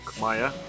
Maya